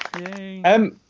Yay